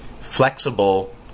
flexible